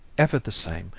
ever the same,